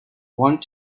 want